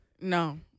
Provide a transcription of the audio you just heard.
no